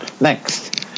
next